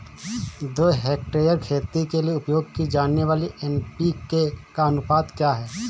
दो हेक्टेयर खेती के लिए उपयोग की जाने वाली एन.पी.के का अनुपात क्या है?